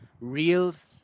Reels